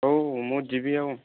ହଉ ମୁଁ ଯିବି ଆଉ